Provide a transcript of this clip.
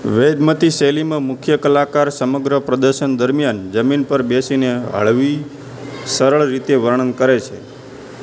વેદમતી શૈલીમાં મુખ્ય કલાકાર સમગ્ર પ્રદર્શન દરમિયાન જમીન પર બેસીને હળવી સરળ રીતે વર્ણન કરે છે